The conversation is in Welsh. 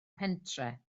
pentre